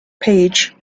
page